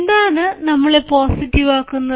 എന്താണ് ഞങ്ങളെ പോസിറ്റീവ് ആക്കുന്നത്